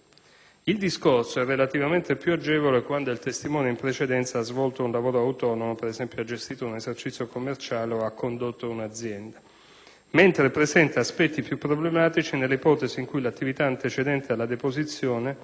Il discorso è relativamente più agevole quando il testimone in precedenza ha svolto un lavoro autonomo (per esempio ha gestito un esercizio commerciale o ha condotto un'azienda), mentre presenta aspetti più problematici nell'ipotesi in cui l'attività antecedente alla deposizione